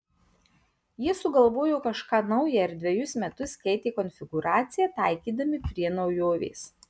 jie sugalvojo kažką nauja ir dvejus metus keitė konfigūraciją taikydami prie naujovės